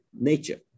nature